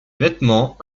vêtements